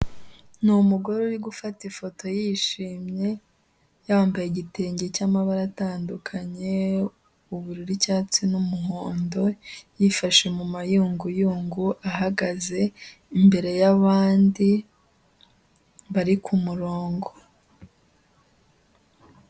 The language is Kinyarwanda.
Ni umugore uri gufata ifoto yishimye, yambaye igitenge cy'amabara atandukanye, ubururu, icyatsi n'umuhondo, yifashe mu mayunguyungu ahagaze imbere y'abandi bari ku murongo.